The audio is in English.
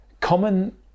Common